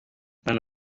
abana